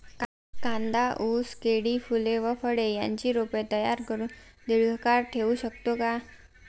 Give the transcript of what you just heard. कांदा, ऊस, केळी, फूले व फळे यांची रोपे तयार करुन दिर्घकाळ ठेवू शकतो का?